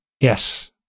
Yes